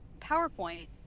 PowerPoint